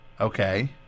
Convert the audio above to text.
Okay